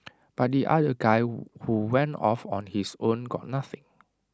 but the other guy who went off on his own got nothing